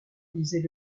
disait